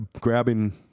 grabbing